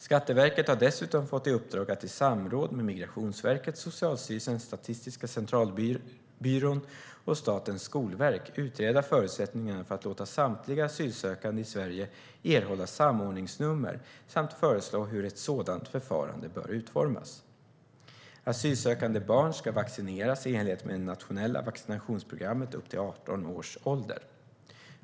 Skatteverket har dessutom fått i uppdrag att i samråd med Migrationsverket, Socialstyrelsen, Statistiska centralbyrån och Statens skolverk utreda förutsättningarna för att låta samtliga asylsökande i Sverige erhålla samordningsnummer samt föreslå hur ett sådant förfarande bör utformas. Asylsökande barn ska vaccineras i enlighet med det nationella vaccinationsprogrammet upp till 18 års ålder.